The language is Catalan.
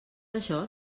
això